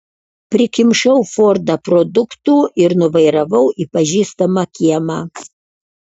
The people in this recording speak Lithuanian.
prikimšau fordą produktų ir nuvairavau į pažįstamą kiemą